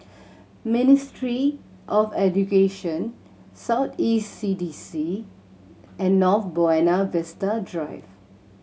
Ministry of Education South East C D C and North Buona Vista Drive